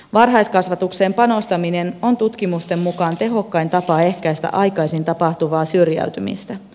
varhaiskasvatukseen panostaminen on tutkimusten mukaan tehokkain tapa ehkäistä aikaisin tapahtuvaa syrjäytymistä